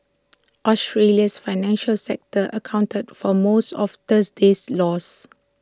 Australia's financial sector accounted for most of Thursday's loss